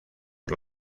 por